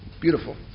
Beautiful